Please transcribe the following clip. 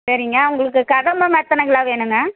சரிங்க உங்களுக்கு கதம்பம் எத்தனை கிலோ வேணுங்க